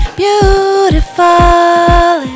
beautiful